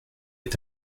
est